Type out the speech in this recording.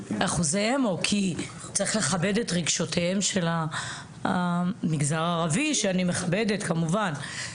כי צריך לכבד את רגשותיהם של המגזר הערבי שאני מכבדת כמובן.